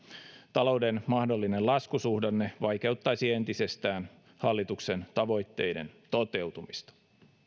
talouden mahdollinen laskusuhdanne vaikeuttaisi entisestään hallituksen tavoitteiden toteutumista